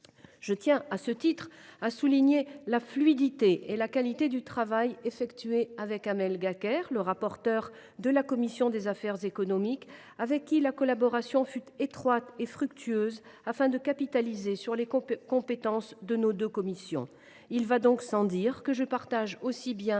Je tiens à souligner la fluidité et la qualité du travail effectué avec Amel Gacquerre, rapporteure de la commission des affaires économiques. Notre collaboration fut étroite et fructueuse afin de capitaliser sur les compétences de nos deux commissions. Il va donc sans dire que je partage aussi bien